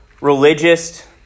religious